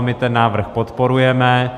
My ten návrh podporujeme.